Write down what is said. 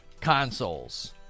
consoles